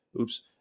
Oops